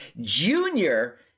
Junior